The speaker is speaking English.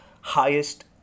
highest